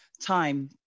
time